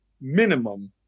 minimum